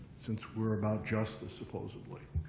since we're about justice, supposedly.